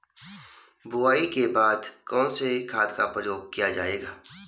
बुआई के बाद कौन से खाद का प्रयोग किया जायेगा?